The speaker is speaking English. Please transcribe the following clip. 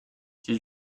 did